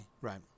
Right